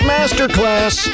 Masterclass